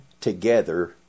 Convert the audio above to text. together